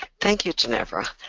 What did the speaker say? thank you, ginevra,